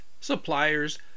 suppliers